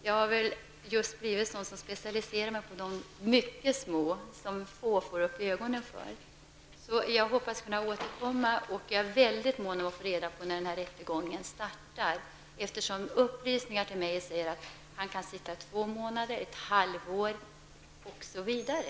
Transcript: Jag har specialiserat mig på de som är ''små'' och som få får upp ögonen för. Jag hoppas att kunna återkomma i denna fråga, och jag är mån om att få reda på när rättegången startar. Upplysningar säger mig att Khmara kan få sitta i fängelse i två månader, ett halvår eller längre.